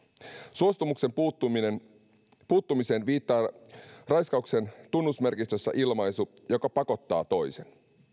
suostumuksen puuttumiseen viittaa raiskauksen tunnusmerkistössä ilmaisu joka pakottaa toisen